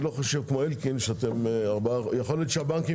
לא חושב כמו אלקין - יכול להיות שהבנקים